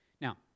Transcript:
Now